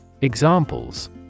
Examples